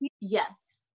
yes